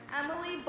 Emily